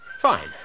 Fine